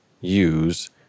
use